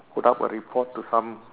put up a report to some